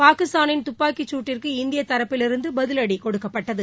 பாகிஸ்தானின் துப்பாக்கிச் சூட்டிற்கு இந்தியத் தரப்பிலிருந்து பதிவடி கொடுக்கப்பட்டது